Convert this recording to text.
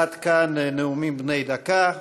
עד כאן נאומים בני דקה.